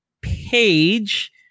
page